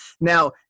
Now